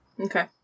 Okay